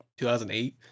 2008